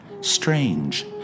Strange